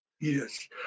Yes